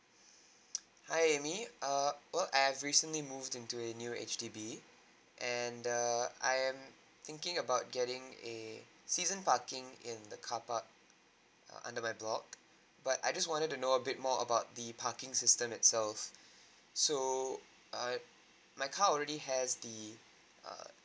hi amy err well I've recently moved into a new H_D_B and err I am thinking about getting a season parking in the carpark err under my block but I just wanted to know a bit more about the parking system itself so uh my car already has the uh